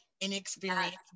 inexperienced